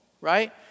right